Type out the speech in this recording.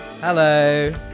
Hello